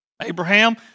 Abraham